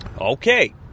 Okay